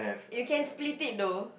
you can split it though